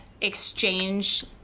exchange